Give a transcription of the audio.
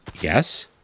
Yes